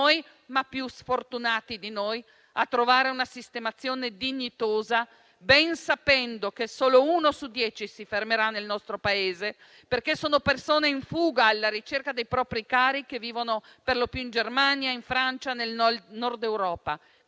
ma più sfortunati di noi - a trovare una sistemazione dignitosa, ben sapendo che solo uno su dieci si fermerà nel nostro Paese. Sono infatti persone in fuga, alla ricerca dei propri cari, che vivono per lo più in Germania, in Francia e nel Nord Europa.